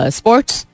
sports